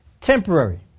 Temporary